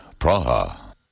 Praha